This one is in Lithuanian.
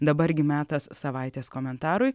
dabar gi metas savaitės komentarui